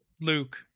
Luke